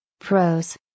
Pros